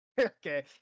Okay